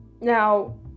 Now